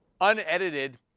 unedited